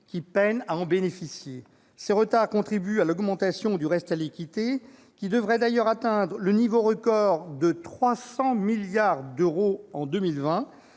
le plus à en bénéficier. Ces retards contribuent à l'augmentation du « reste à liquider », qui devrait d'ailleurs atteindre le niveau record de 300 milliards d'euros en 2020,